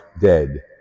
dead